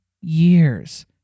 years